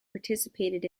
participated